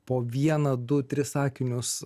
po vieną du tris sakinius